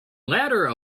ladder